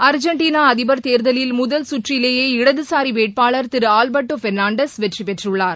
Argentina அதிபர் தேர்தலில் முதல் சுற்றிலேயே இடது சுரி வேட்பாளர் திரு ஆவ்பர்ட்டோ பெர்னான்டஸ் வெற்றி பெற்றுள்ளார்